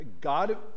God